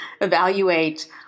evaluate